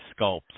sculpts